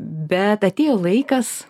bet atėjo laikas